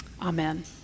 amen